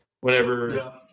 Whenever